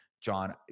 John